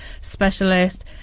specialist